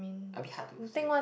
a bit hard to say